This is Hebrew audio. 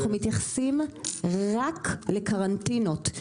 אנחנו מתייחסים רק לקרנטינות,